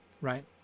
right